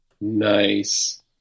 Nice